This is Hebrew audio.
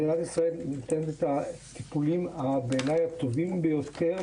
בעיניי מדינת ישראל נותנת את הטיפולים הרפואיים הטובים ביותר,